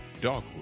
Dogwood